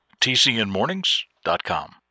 TCNmornings.com